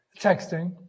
Texting